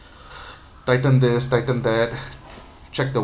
tighten this tighten that check the